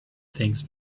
things